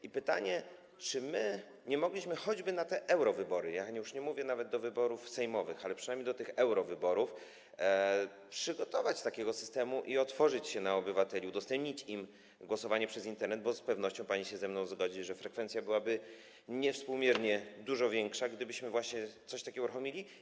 I pytanie, czy my nie mogliśmy choćby na te eurowybory - już nie mówię nawet o wyborach sejmowych, ale przynajmniej o eurowyborach - przygotować takiego systemu i otworzyć się na obywateli, udostępnić im głosowanie przez Internet, bo z pewnością pani się ze mną zgodzi, że frekwencja byłaby niewspółmiernie dużo większa, gdybyśmy właśnie coś takiego uruchomili.